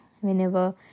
whenever